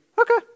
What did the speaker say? Okay